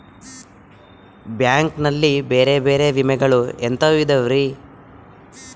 Bank ನಲ್ಲಿ ಬೇರೆ ಬೇರೆ ವಿಮೆಗಳು ಎಂತವ್ ಇದವ್ರಿ?